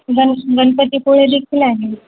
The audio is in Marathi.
गन गणपतीपुळे देखील आहे